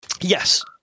Yes